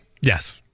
Yes